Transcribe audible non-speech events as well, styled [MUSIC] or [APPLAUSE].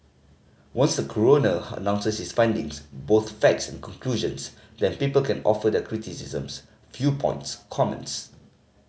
once coroner [UNINTELLIGIBLE] announces his findings both facts and conclusions then people can offer their criticisms viewpoints comments